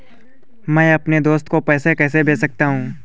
मैं अपने दोस्त को पैसे कैसे भेज सकता हूँ?